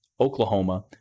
Oklahoma